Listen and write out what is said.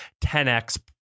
10X